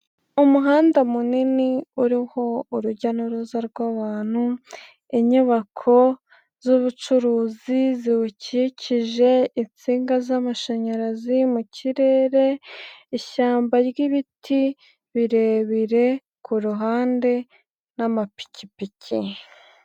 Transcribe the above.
Umuhanda munini uriho urujya n'uruza rwbantu, inyubako z'ubucuruzi ziwukikije, insinga z'amashanyarazi mu kirere, ishyamba ry'ibiti birebire ku ruhande n'amapikipiki.